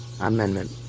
amendment